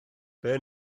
beth